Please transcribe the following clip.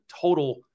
total